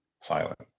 silent